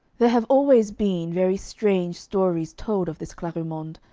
there have always been very strange stories told of this clarimonde,